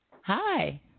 Hi